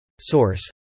Source